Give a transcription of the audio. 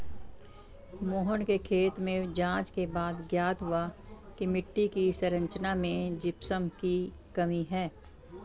मोहन के खेत में जांच के बाद ज्ञात हुआ की मिट्टी की संरचना में जिप्सम की कमी है